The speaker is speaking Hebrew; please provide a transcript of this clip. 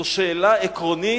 זו שאלה עקרונית,